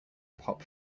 pop